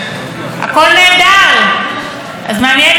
אז מעניין לשאול את האזרחים למה כל כך רע.